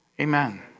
Amen